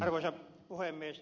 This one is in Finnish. arvoisa puhemies